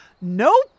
Nope